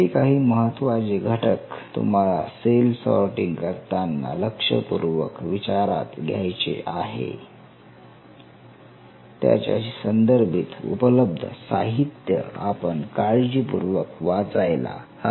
असे काही महत्त्वाचे घटक तुम्हाला सेल सॉर्टिंग करताना लक्षपूर्वक विचारात घ्यायचे आहेत याच्याशी संदर्भित उपलब्ध साहित्य आपण काळजीपूर्वक वाचायला हवे